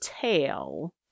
tail